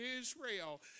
Israel